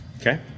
okay